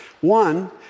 One